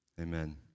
Amen